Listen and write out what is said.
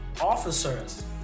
officers